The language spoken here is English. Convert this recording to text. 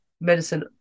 medicine